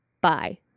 bye